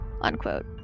unquote